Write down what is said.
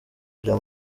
bya